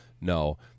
No